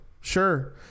sure